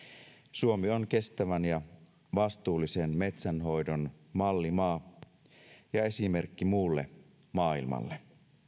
suomi on kestävän ja vastuullisen metsänhoidon mallimaa ja esimerkki muulle maailmalle